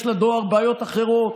יש לדואר בעיות אחרות.